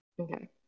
Okay